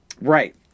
Right